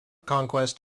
conquest